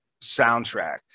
soundtrack